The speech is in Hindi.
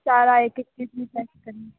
सारा एक ही चीज़ में पैक करिए